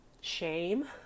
shame